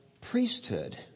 priesthood